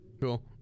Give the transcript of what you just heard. Cool